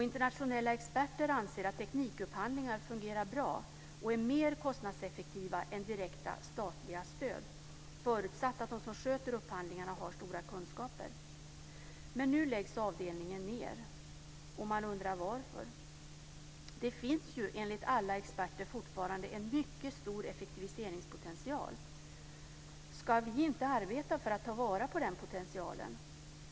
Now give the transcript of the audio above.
Internationella experter anser att teknikupphandlingarna fungerar bra och är mer kostnadseffektiva än direkta statliga stöd förutsatt att de som sköter upphandlingarna har stora kunskaper. Men nu läggs avdelningen ned. Man undrar varför. Det finns enligt alla experter fortfarande en mycket stor effektiviseringspotential. Ska vi inte arbeta för att ta vara på den potentialen?